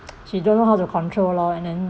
she don't know how to control lor and then